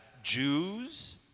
Jews